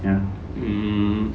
ya hmm